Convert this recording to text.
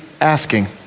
asking